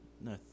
No